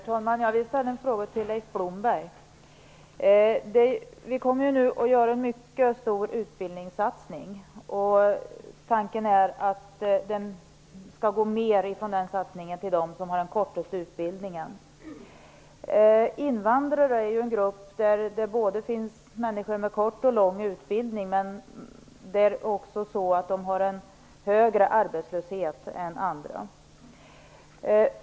Herr talman! Jag vill ställa en fråga till Leif Vi kommer ju nu att göra en mycket stor utbildningssatsning, och tanken är att det skall gå mer från den satsningen till dem som har den kortaste utbildningen. Invandrare är en grupp där det finns människor med både kort och lång utbildning, men de har också en högre arbetslöshet än andra.